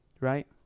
right